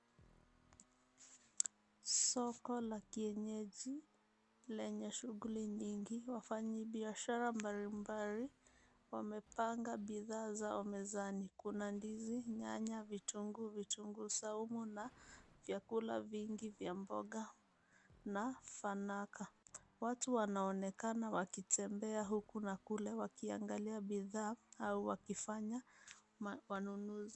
Soko la kienyeji lenye shughuli nyingi. Wafanyaji biashara mbalimbali wamepanga bidhaa zao mezani, kuna ndizi, nyanya, vitunguu, vitunguu saumu na vyakula vingi vya mboga na fanaka. Watu wanaonekana wakitembea huku na kule wakiangalia bidhaa au wakifanya ununuzi.